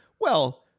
Well-